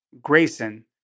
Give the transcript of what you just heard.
Grayson